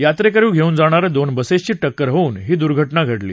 यात्रेकरु घेऊन जाणा या दोन बसेसची टक्कर होऊन ही दुर्घटना घडली